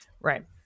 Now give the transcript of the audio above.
Right